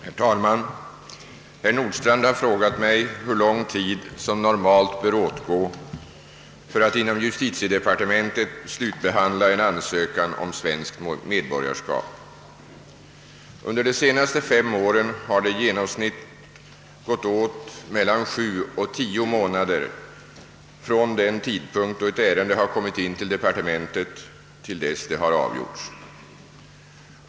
Herr talman! Herr Nordstrandh har frågat mig hur lång tid som normalt bör åtgå för att inom justitiedepartementet slutbehandla en ansökan om svenskt medborgarskap. Under de senaste fem åren har det genomsnittligt gått mellan sju och tio månader från den tidpunkt då ett ären de har kommit in till departementet till dess det har avgjorts.